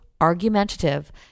argumentative